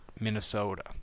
Minnesota